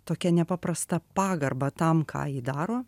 tokia nepaprasta pagarba tam ką ji daro